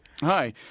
Hi